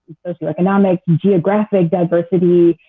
socioeconomic, geographic diversity,